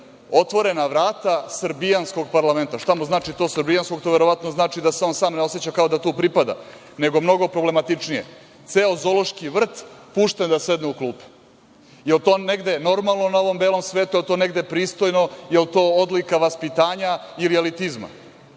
otvorena vrata srbijanskog parlamenta. Šta mu znači to – srbijanskog? To verovatno znači da se on sam ne oseća kao da tu pripada, nego mnogo problematičnije. Ceo zoološki vrt pušten da sedne u klupe. Jel to negde normalno na ovom belom svetu, jel to negde pristojno, jel to odlika vaspitanja ili elitizma?